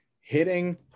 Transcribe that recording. hitting